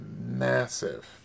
massive